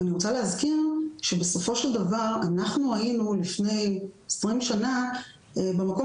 אני רוצה להזכיר שבסופו של דבר אנחנו היינו לפני 20 שנים במקום